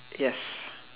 yes